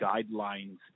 guidelines